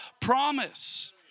promise